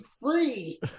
free